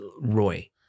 Roy